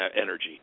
Energy